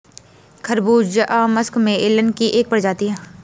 खरबूजा मस्कमेलन की एक प्रजाति है